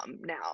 now